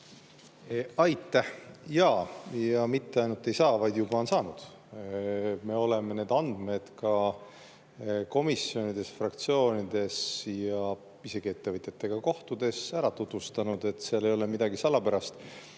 Aitäh! Jaa, mitte ainult ei saa, vaid juba on saanud. Me oleme neid andmeid ka komisjonides, fraktsioonides ja isegi ettevõtjatega kohtudes tutvustanud, seal ei ole midagi salapärast.